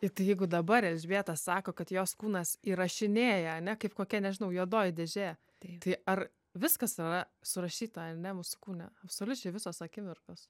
tai jeigu dabar elžbieta sako kad jos kūnas įrašinėja ane kaip kokia nežinau juodoji dėžė tai ar viskas tada surašyta ar ne mūsų kūne absoliučiai visos akimirkos